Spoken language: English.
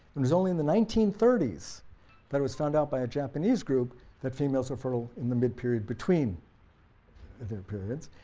it was only in the nineteen thirty s that it was found out by a japanese group that females are fertile in the mid-period between their periods,